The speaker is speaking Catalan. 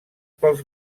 pels